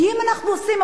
כי אם אנחנו עושים,